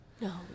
No